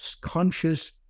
conscious